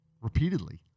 repeatedly